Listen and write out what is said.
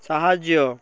ସାହାଯ୍ୟ